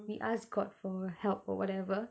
we ask god for help or whatever